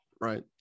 Right